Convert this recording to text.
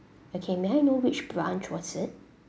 okay may I know which branch was it